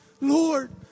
Lord